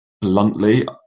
Bluntly